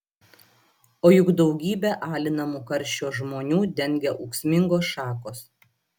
o juk daugybę alinamų karščio žmonių dengia ūksmingos šakos